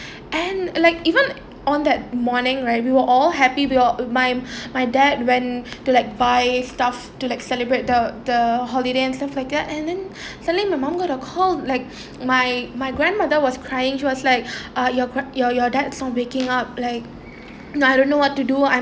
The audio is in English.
and like even on that morning right we were all happy we were all my my dad when to like buy stuff to like celebrate the the holiday and stuff like that and then suddenly my mum got a call like my my grandmother was crying she was like ah your your your dad's is not waking up like and I don't know what to do I'm